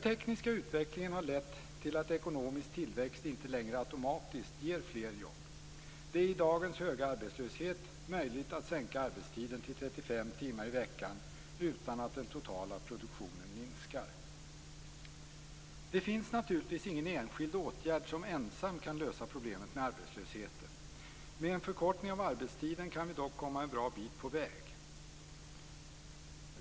Den tekniska utvecklingen har lett till att ekonomisk tillväxt inte längre automatiskt ger fler jobb. Det är i dagens höga arbetslöshet möjligt att sänka arbetstiden till 35 timmar i veckan utan att den totala produktionen minskar. Det finns naturligtvis ingen enskild åtgärd som ensam kan lösa problemet med arbetslösheten. Med en förkortning av arbetstiden kan vi dock komma en bra bit på väg.